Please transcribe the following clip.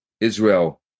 Israel